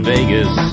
Vegas